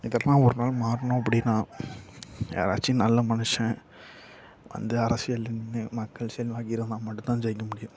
இதெல்லாம் ஒரு நாள் மாறணும் அப்படினா யாராச்சும் நல்ல மனுஷன் வந்து அரசியலில் நின்று மக்கள் செல்வாக்கு இருந்தால் மட்டும்தான் ஜெயிக்க முடியும்